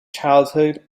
childhood